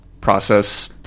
process